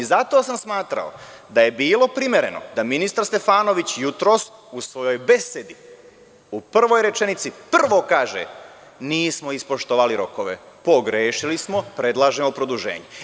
Zato sam smatrao da je bilo primereno da ministar Stefanović jutros u svojoj besedi u prvoj rečenici prvo kaže – nismo ispoštovali rokove, pogrešili smo, predlažemo produženje.